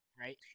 right